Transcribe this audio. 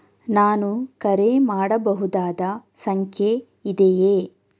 ನಾನು ಕರೆ ಮಾಡಬಹುದಾದ ಸಂಖ್ಯೆ ಇದೆಯೇ?